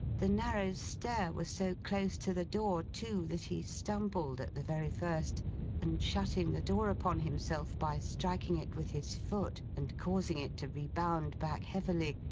the narrow stair was so close to the door, too, that he stumbled at the very first and shutting the door upon himself, by striking it with his foot, and causing it to rebound back heavily,